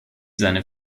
seine